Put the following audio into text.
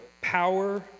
power